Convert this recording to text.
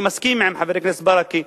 אני מסכים עם חבר הכנסת ברכה,